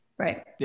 Right